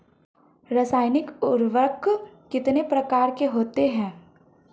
रासायनिक उर्वरक कितने प्रकार के होते हैं?